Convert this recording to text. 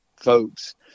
folks